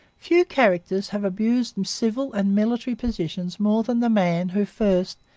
few characters have abused civil and military positions more than the man who first,